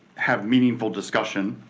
have meaningful discussion